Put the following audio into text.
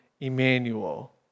Emmanuel